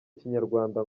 kinyarwanda